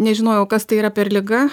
nežinojau kas tai yra per liga